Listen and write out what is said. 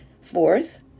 Fourth